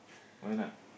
why not